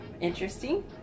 interesting